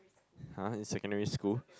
har in secondary school